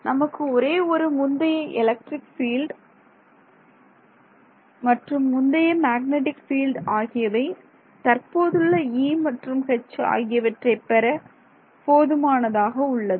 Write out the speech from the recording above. நமக்கு ஒரே ஒரு முந்தைய எலக்ட்ரிக் பீல்ட் மற்றும் முந்தைய மேக்னடிக் ஃபீல்டு ஆகியவை தற்போதுள்ள E மற்றும் H ஆகியவற்றை பெற போதுமானதாக உள்ளது